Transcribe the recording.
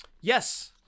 Yes